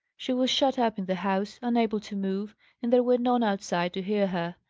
she was shut up in the house, unable to move and there were none outside to hear her.